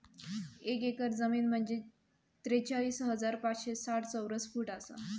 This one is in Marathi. एक एकर जमीन म्हंजे त्रेचाळीस हजार पाचशे साठ चौरस फूट आसा